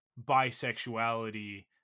bisexuality